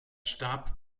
starb